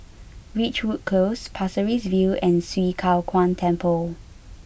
Ridgewood close Pasir Ris View and Swee Kow Kuan Temple